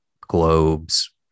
Globes